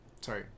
Sorry